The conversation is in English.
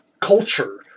culture